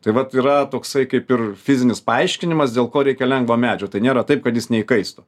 tai vat yra toksai kaip ir fizinis paaiškinimas dėl ko reikia lengvo medžio tai nėra taip kad jis neįkaistų